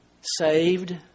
Saved